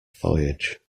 voyage